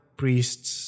priests